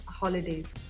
holidays